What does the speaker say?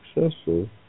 successful